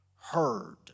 heard